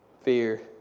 Fear